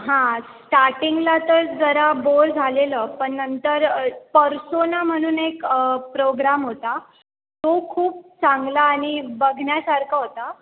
हां स्टार्टिंगला तर जरा बोर झालेलं पण नंतर पर्सोना म्हणून एक प्रोग्राम होता तो खूप चांगला आणि बघण्यासारखा होता